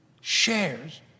shares